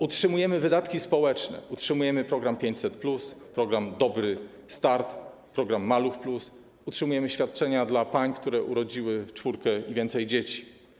Utrzymujemy wydatki społeczne, utrzymujemy program 500+, program „Dobry start”, program „Maluch+”, utrzymujemy świadczenia dla pań, które urodziły czwórkę i więcej dzieci.